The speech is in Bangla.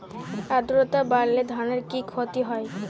আদ্রর্তা বাড়লে ধানের কি ক্ষতি হয়?